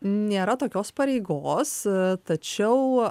nėra tokios pareigos tačiau